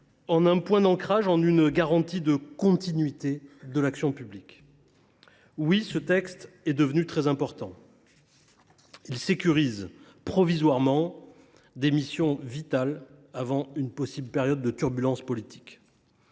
en point d’ancrage, en garantie de continuité de l’action publique. Oui, ce texte est devenu très important : il sécurise provisoirement un certain nombre de missions vitales avant une possible période de turbulences politiques.